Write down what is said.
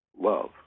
love